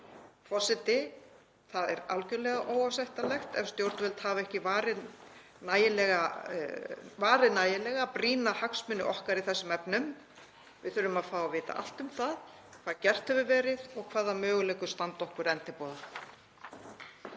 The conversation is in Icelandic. Forseti. Það er algjörlega óásættanlegt ef stjórnvöld hafa ekki varið nægilega brýna hagsmuni okkar í þessum efnum. Við þurfum að fá að vita allt um það hvað gert hefur verið og hvaða möguleikar standa okkur enn til boða.